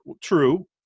True